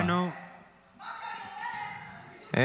לא שמענו --- מה שאני אומרת --- לא,